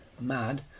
MAD